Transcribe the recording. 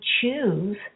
choose